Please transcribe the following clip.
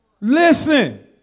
Listen